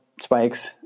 spikes